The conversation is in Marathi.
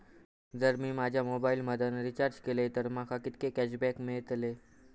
जर मी माझ्या मोबाईल मधन रिचार्ज केलय तर माका कितके कॅशबॅक मेळतले?